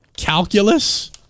calculus